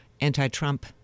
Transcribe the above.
anti-Trump